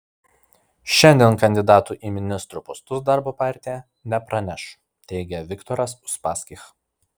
šiandien kandidatų į ministrų postus darbo partija nepraneš teigia viktoras uspaskich